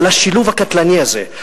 על השילוב הקטלני הזה,